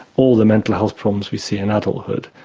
all the mental health problems we see in adulthood,